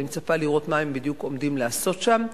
אני מצפה לראות מה הם בדיוק עומדים לעשות שם,